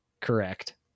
Correct